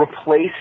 replace